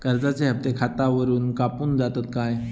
कर्जाचे हप्ते खातावरून कापून जातत काय?